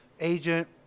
agent